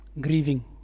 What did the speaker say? Grieving